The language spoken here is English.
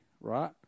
right